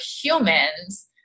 humans